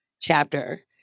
chapter